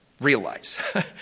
realize